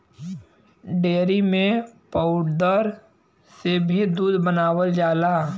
dairy में powder से भी दूध बनावल जाला